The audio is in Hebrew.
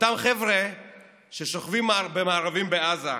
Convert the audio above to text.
אותם חבר'ה ששוכבים במארבים בעזה,